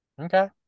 Okay